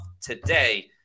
today